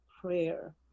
prayer